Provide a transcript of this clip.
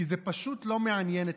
כי זה פשוט לא מעניין אתכם.